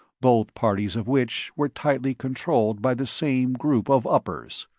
both parties of which were tightly controlled by the same group of uppers.